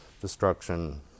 destruction